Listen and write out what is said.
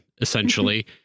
essentially